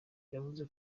yavuze